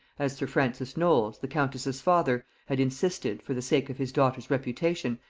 as sir francis knowles, the countess's father, had insisted, for the sake of his daughter's reputation,